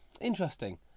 Interesting